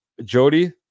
Jody